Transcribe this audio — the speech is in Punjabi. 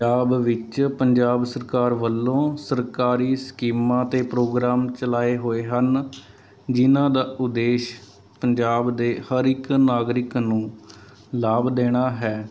ਪੰਜਾਬ ਵਿੱਚ ਪੰਜਾਬ ਸਰਕਾਰ ਵੱਲੋਂ ਸਰਕਾਰੀ ਸਕੀਮਾਂ ਅਤੇ ਪ੍ਰੋਗਰਾਮ ਚਲਾਏ ਹੋਏ ਹਨ ਜਿਹਨਾਂ ਦਾ ਉਦੇਸ਼ ਪੰਜਾਬ ਦੇ ਹਰ ਇੱਕ ਨਾਗਰਿਕ ਨੂੰ ਲਾਭ ਦੇਣਾ ਹੈ